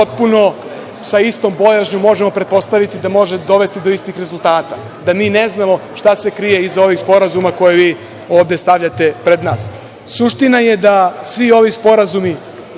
potpuno sa istom bojazni možemo pretpostaviti da može dovesti do istih rezultata, da mi ne znamo šta se krije iza ovih sporazuma koje vi ovde stavljate pred nas. Suština je da svi ovi sporazumi,